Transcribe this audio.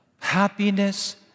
happiness